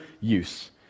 use